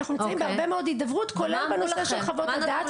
נמצאים בהרבה מאוד הידברות כולל בנושא של חוות הדעת.